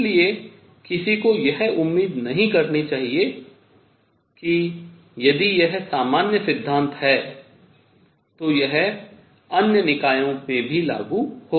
इसलिए किसी को यह उम्मीद नहीं करनी चाहिए कि यदि यह सामान्य सिद्धांत है तो यह अन्य निकायों में लागू होगा